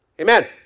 Amen